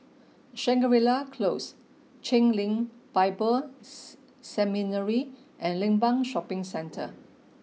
Shangri La Close Chen Lien Bible Seminary and Limbang Shopping Centre